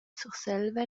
surselva